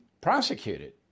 prosecuted